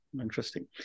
Interesting